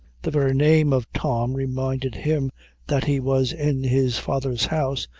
the very name of tom reminded him that he was in his father's house,